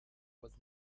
was